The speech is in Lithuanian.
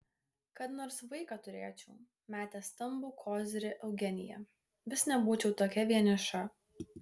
kad nors vaiką turėčiau metė stambų kozirį eugenija vis nebūčiau tokia vieniša